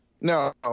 No